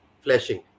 flashing